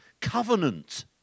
covenant